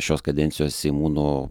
šios kadencijos seimūnų